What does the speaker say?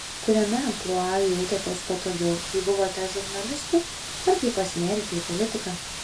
kuriame amplua jautėtės patogiau kai buvote žurnalistu ar kai pasinėrėte į politiką